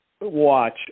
watch